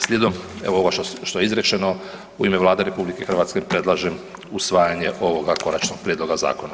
Slijedom evo ovoga što je izrečeno, u ime Vlade RH, predlažem usvajanje ovoga konačnog prijedloga zakona.